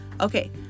okay